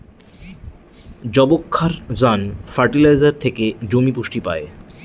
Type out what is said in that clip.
যবক্ষারজান ফার্টিলাইজার থেকে জমি পুষ্টি পায়